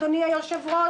אדוני היושב-ראש,